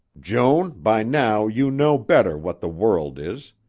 joan, by now you know better what the world is.